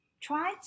Try